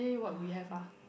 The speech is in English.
oh no